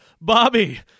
Bobby